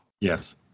Yes